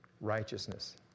righteousness